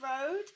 road